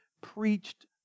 preached